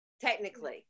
technically